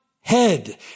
head